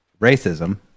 racism